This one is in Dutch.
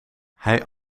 hij